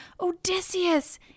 Odysseus